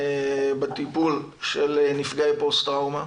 בטיפול של נפגעי פוסט טראומה.